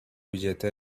billete